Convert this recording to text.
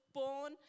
born